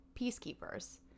peacekeepers